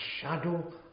shadow